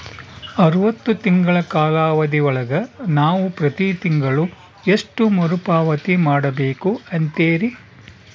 ಅರವತ್ತು ತಿಂಗಳ ಕಾಲಾವಧಿ ಒಳಗ ನಾವು ಪ್ರತಿ ತಿಂಗಳು ಎಷ್ಟು ಮರುಪಾವತಿ ಮಾಡಬೇಕು ಅಂತೇರಿ?